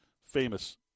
Famous